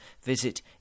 visit